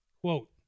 quote